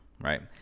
right